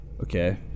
Okay